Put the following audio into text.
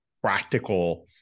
practical